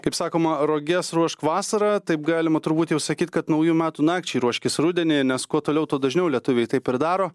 kaip sakoma roges ruošk vasarą taip galima turbūt jau sakyt kad naujų metų nakčiai ruoškis rudenį nes kuo toliau tuo dažniau lietuviai taip ir daro